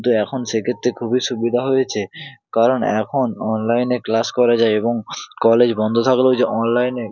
কিন্তু এখন সেক্ষেত্রে খুবই সুবিধা হয়েছে কারণ এখন অনলাইনে ক্লাস করা যায় এবং কলেজ বন্ধ থাকলেও যে অনলাইনে